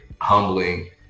humbling